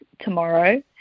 tomorrow